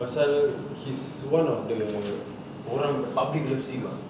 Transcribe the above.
pasal he's one of the orang the public loves him ah